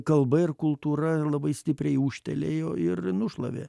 kalba ir kultūra labai stipriai ūžtelėjo ir nušlavė